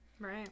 Right